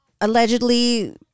Allegedly